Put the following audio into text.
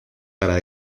para